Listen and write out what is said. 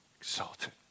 exalted